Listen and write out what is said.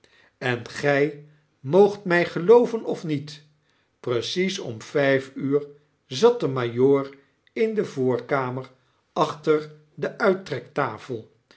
en gy moogt my gelooven of niet precies om vyf uur zat de majoor in de voorkamer achter de